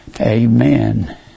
amen